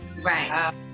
right